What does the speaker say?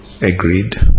agreed